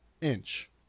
inch